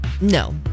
No